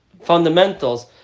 fundamentals